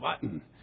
button